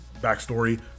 backstory